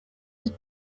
was